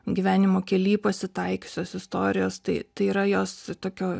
gyvenimo kely pasitaikiusios istorijos tai tai yra jos tokio